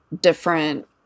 different